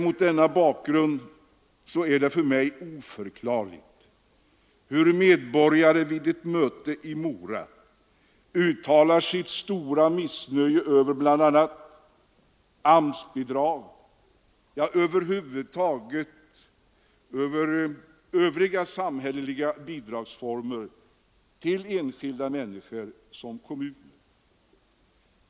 Mot denna bakgrund är det för mig oförklarligt, hur medborgare vid möte i Mora uttalar sitt stora missnöje över bl.a. AMS-bidrag och övriga samhälleliga bidragsformer till enskilda och kommuner.